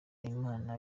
imana